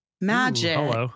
magic